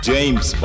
James